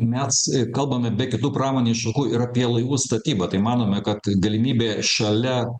mes kalbam ir be kitų pramonės šakų ir apie laivų statybą tai manome kad galimybė šalia